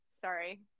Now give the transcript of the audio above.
Sorry